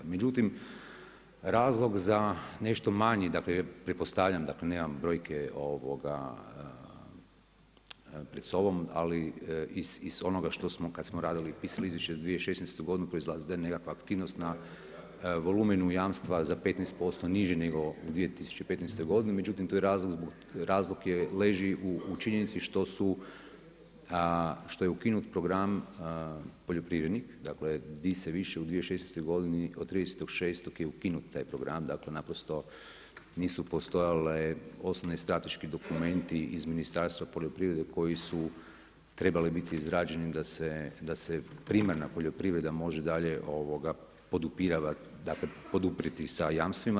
Međutim, razlog za nešto manji, pretpostavljam, nemam brojke pred sobom, ali iz onoga što smo kad smo radili pisali izvješće za 2016. godinu da je nekakva aktivnost na volumenu jamstva za 15% niži nego u 2015. godini, međutim razlog leži u činjenici što je ukinut program poljoprivrednih, dakle di se više u 2016. godini, od 30. 06. je ukinut taj program, dakle naprosto nisu postojale osnovni i strateški dokumenti iz Ministarstva poljoprivrede koji su trebali biti izrađeni da se primarna poljoprivreda može dalje poduprijeti sa jamstvima.